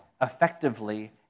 effectively